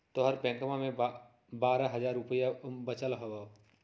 तोहर बैंकवा मे बारह हज़ार रूपयवा वचल हवब